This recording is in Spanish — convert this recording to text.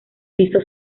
piso